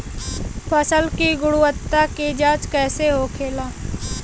फसल की गुणवत्ता की जांच कैसे होखेला?